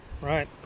right